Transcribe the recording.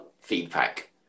feedback